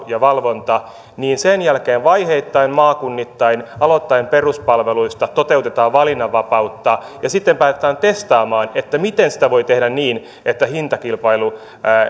ja valvonta niin sen jälkeen vaiheittain maakunnittain aloittaen peruspalveluista toteutetaan valinnanvapautta ja sitten päästään testaamaan miten sitä voi tehdä niin että hintakilpailu